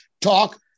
talk